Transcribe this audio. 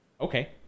Okay